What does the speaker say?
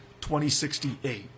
2068